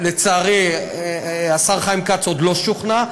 ולצערי השר חיים כץ עוד לא שוכנע.